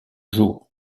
jour